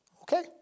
okay